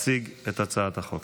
להציג את הצעת החוק.